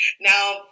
now